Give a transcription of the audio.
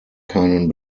keinen